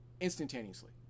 instantaneously